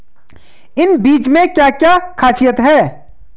इन बीज में क्या क्या ख़ासियत है?